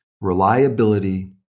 Reliability